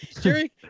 Jerry